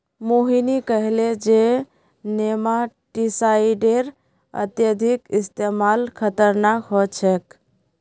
मोहिनी कहले जे नेमाटीसाइडेर अत्यधिक इस्तमाल खतरनाक ह छेक